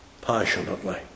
passionately